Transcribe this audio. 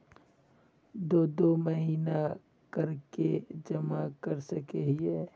दो दो महीना कर के जमा कर सके हिये?